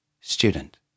Student